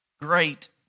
great